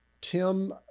Tim